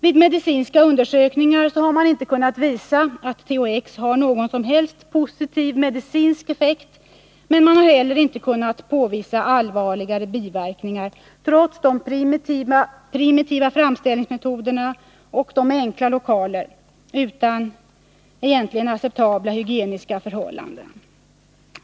Vid medicinska undersökningar har man inte kunnat visa att THX har någon som helst positiv medicinsk effekt, men man har heller inte kunnat påvisa allvarligare biverkningar, trots de primitiva framställningsmetoderna och de enkla lokalerna utan egentligen acceptabla hygieniska förhållanden.